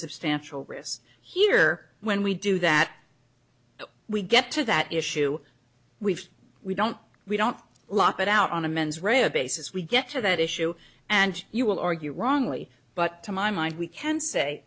substantial risk here when we do that so we get to that issue we've we don't we don't lock it out on a mens rea a basis we get to that issue and you will argue wrongly but to my mind we can say